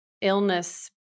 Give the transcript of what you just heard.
illness